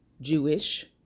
Jewish